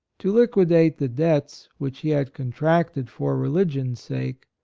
to liquidate the debts which he had contracted for religion's sake,